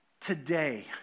today